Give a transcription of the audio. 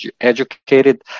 educated